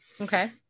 Okay